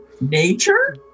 Nature